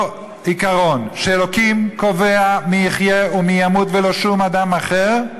אותו עיקרון שאלוקים קובע מי יחיה ומי ימות ולא שום אדם אחר,